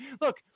look